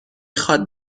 خواد